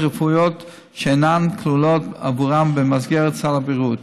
רפואיות שאינן כלולות עבורם במסגרת סל הבריאות.